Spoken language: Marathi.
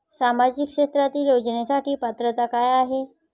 सामाजिक क्षेत्रांतील योजनेसाठी पात्रता काय आहे?